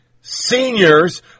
seniors